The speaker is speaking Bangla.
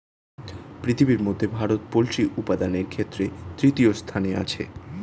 পৃথিবীর মধ্যে ভারত পোল্ট্রি উপাদানের ক্ষেত্রে তৃতীয় স্থানে আছে